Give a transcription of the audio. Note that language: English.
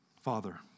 Father